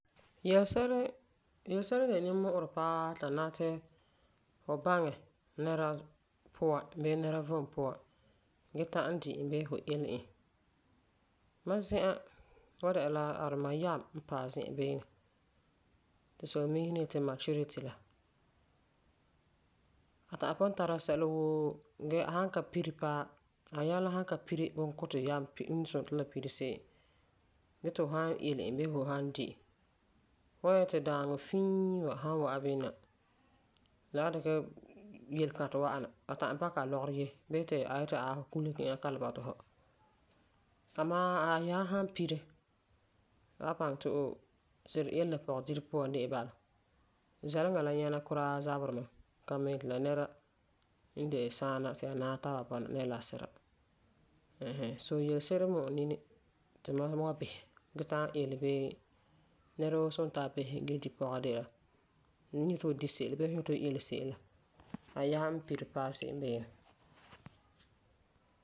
Yelese'ere n de nimmu'urɛ paa ti la nara fu baŋɛ nɛra puan bii nɛra vom puan ge ta'am di bii fu ele e Mam zi'an, kɔ'ɔm dɛna la aduma yɛm n paɛ se'em beene. Solemiisi ni yeti maturity la. A ta'am pugum tara sɛla woo ge a san ka pire paa a yɛm la san ka pire bunkutɛ n pire n suni ti la pire se'em ge ti fu san ele e bii fu san di fu wan nyɛ ti daaŋɔ fiin wa sãn wa'am bini na, la wan dikɛ yelekãtɛ wa'am na. A ta'am pakɛ a lɔgerɔ yese bii ti a yeti aai fu kule gee eŋa ka le bɔta fu. Amaa a yɛm san pire, a wan baŋɛ ti oh, sire-ele la pɔgedire puan de'e bala. Zɛleŋa la nyɛna kuraa zaberi mɛ. Kambenti la nɛra n de saana ti ya naɛ taaba bɔna nɛra la a sira. Ɛɛn hɛɛn. So yelese'ere n mu'ɛ nini ti mam wan bisɛ gee ta'am ele bii nɛra woo suni ti a bisɛ ge di pɔga de la fum n yeti fu di se'em bii fu yeti fu ele se'em la, a yɛm n pire paa se'em beene.